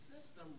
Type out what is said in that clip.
system